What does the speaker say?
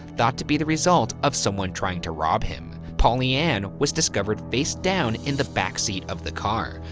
thought to be the result of someone trying to rob him. polly ann was discovered face down in the back seat of the car,